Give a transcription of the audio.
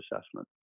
Assessment